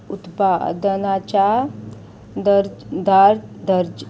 उत्पादनाच्या दर्ज धार दर्ज